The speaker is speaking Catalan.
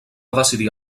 decidir